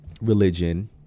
religion